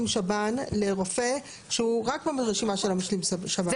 שב"ן לרופא שהוא רק ברשימה של משלים שב"ן.